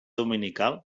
dominical